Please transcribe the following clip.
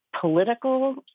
political